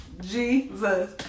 Jesus